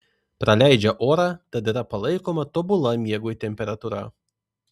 praleidžią orą tad yra palaikoma tobula miegui temperatūra